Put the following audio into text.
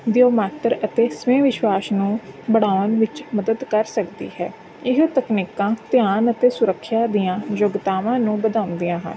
ਦਿਓ ਮਾਤਰ ਅਤੇ ਸਵੈ ਵਿਸ਼ਵਾਸ ਨੂੰ ਬਣਾਉਣ ਵਿੱਚ ਮਦਦ ਕਰ ਸਕਦੀ ਹੈ ਇਹ ਤਕਨੀਕਾਂ ਧਿਆਨ ਅਤੇ ਸੁਰੱਖਿਆਂ ਦੀਆਂ ਯੋਗਤਾਵਾਂ ਨੂੰ ਵਧਾਉਂਦੀਆਂ ਹਨ